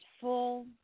full